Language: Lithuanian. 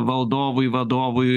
valdovui vadovui